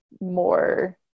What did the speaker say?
more